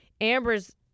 Amber's